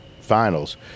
finals